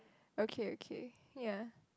okay okay ya